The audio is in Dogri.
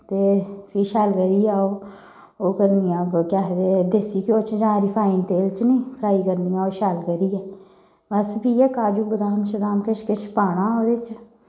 ते फ्ही शैल करियै ओह् करनियां केह् आखदे देस्सी घ्यो च जां रिफाइन च निं फराई करनियां ओह् शैल करियै बस फ्ही इ'यै काज़ू बदाम शदाम किश किश पाना ओह्दे च